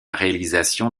réalisation